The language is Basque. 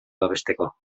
babesteko